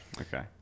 Okay